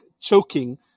choking